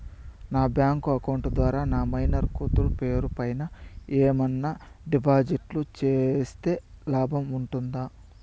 నా bank account ద్వారా నా మైనర్ కూతురు పేరు పైన ఏమన్నా డిపాజిట్లు సేస్తే లాభం ఉంటుందా?